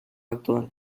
actual